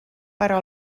però